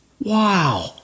wow